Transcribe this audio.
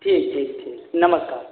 ठीक ठीक ठीक नमस्कार